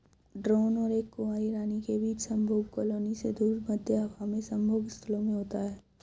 drone और एक कुंवारी रानी के बीच संभोग कॉलोनी से दूर, मध्य हवा में संभोग स्थलों में होता है